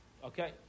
Okay